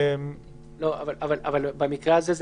במקרה הזה,